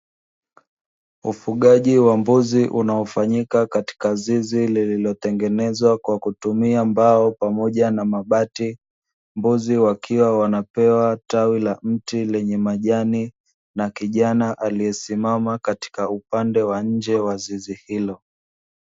Ufugaji wa mbuzi unaofanyika katika zizi lilitotengenezwa kwa kutumia mbao pamoja na mabati. Mbuzi wakiwa wanapewa tawi la mti lenye majani, na kijana aliesimama katika upande wa nje wa zizi hilo.